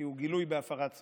כי הוא גילוי בהפרת סוד.